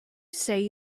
say